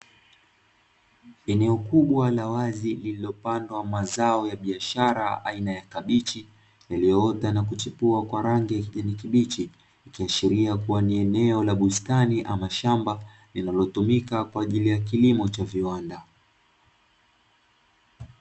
Eneo kubwa la wazi lililopandwa mazao ya biashara aina ya kabichi, yaliyoota na kuchipua kwa rangi ya kijani kibichi. Ikiashiria kuwa ni eneo la bustani ama shamba linalotumika kwa ajili ya kilimo cha viwanda.